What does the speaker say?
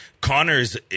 connor's